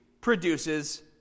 produces